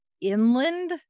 inland